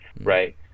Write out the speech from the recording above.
right